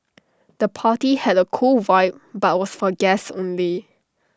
the party had A cool vibe but was for guests only